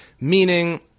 Meaning